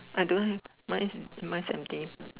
I don't have mine's mine is empty